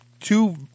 two